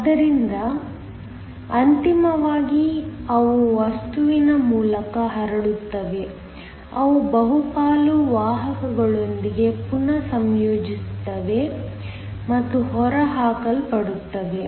ಆದ್ದರಿಂದ ಅಂತಿಮವಾಗಿ ಅವು ವಸ್ತುವಿನ ಮೂಲಕ ಹರಡುತ್ತವೆ ಅವು ಬಹುಪಾಲು ವಾಹಕಗಳೊಂದಿಗೆ ಪುನಃ ಸಂಯೋಜಿಸುತ್ತವೆ ಮತ್ತು ಹೊರಹಾಕಲ್ಪಡುತ್ತವೆ